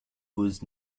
was